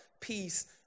peace